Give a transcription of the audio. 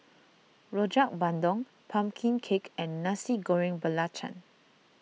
Rojak Bandung Pumpkin Cake and Nasi Goreng Belacan